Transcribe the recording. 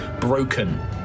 broken